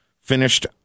finished